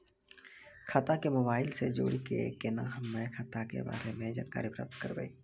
खाता के मोबाइल से जोड़ी के केना हम्मय खाता के बारे मे जानकारी प्राप्त करबे?